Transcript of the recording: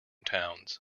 towns